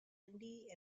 indy